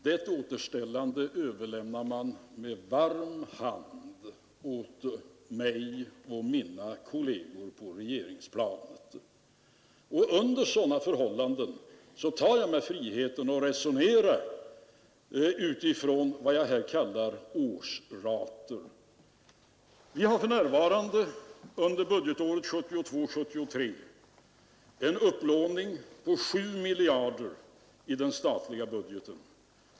Detta återställande överlämnar man med varm hand åt mig och mina kolleger på regeringsplanet. Under sådana förhållanden tar jag mig friheten att resonera utifrån vad jag här kallar årsrater. Vi har för närvarande under budgetåret 1972/73 en upplåning på 7 miljarder i den statliga budgeten.